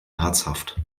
herzhaft